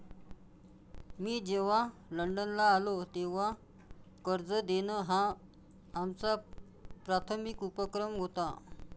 मी जेव्हा लंडनला आलो, तेव्हा कर्ज देणं हा आमचा प्राथमिक उपक्रम होता